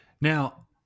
Now